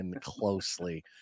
closely